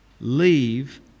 leave